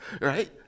right